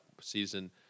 season –